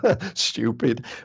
Stupid